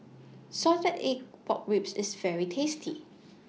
Salted Egg Pork Ribs IS very tasty